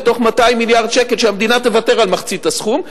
מתוך 200 מיליארד שקל שהמדינה תוותר על מחצית הסכום,